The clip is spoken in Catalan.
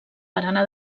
barana